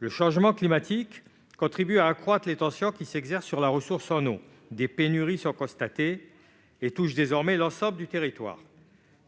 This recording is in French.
Le changement climatique contribue à accroître les tensions qui s'exercent sur la ressource en eau. Des pénuries sont constatées et touchent désormais l'ensemble du territoire.